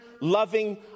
loving